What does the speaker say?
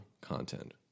content